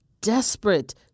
desperate